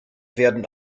werden